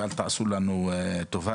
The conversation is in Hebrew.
ואל תעשו לנו טובה,